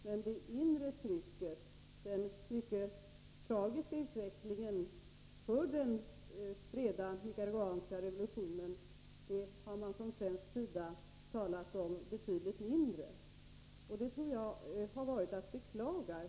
Men det inre trycket — den mycket tragiska utvecklingen för den breda nicaraguanska revolutionen — har man från svensk sida talat betydligt mindre om. Det tycker jag har varit att beklaga.